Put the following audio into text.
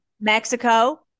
Mexico